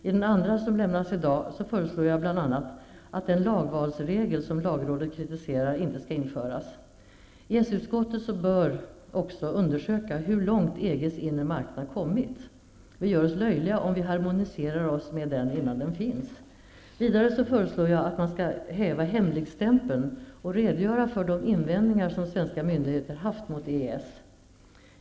I den andra som jag lämnade i dag föreslås bl.a. att den lagvalsregel som lagrådet kritiserar, inte skall införas. EES-utskottet bör också undersöka hur långt man har kommit med EG:s inre marknad. Vi gör oss löjliga om vi harmoniserar oss med den innan den finns. Vidare föreslår jag att man skall häva hemligstämpeln och redogöra för de invändningar som svenska myndigheter har haft mot EES.